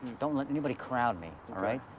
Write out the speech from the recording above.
don't let anybody crowd me, all right?